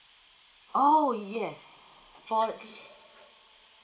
oh yes for